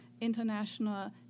international